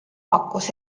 pakkus